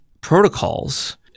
protocols